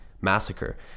massacre